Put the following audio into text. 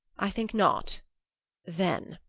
i think not then.